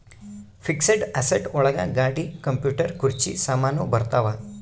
fixed asset ಒಳಗ ಗಾಡಿ computer ಕುರ್ಚಿ ಸಾಮಾನು ಬರತಾವ